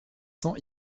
cents